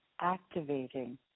activating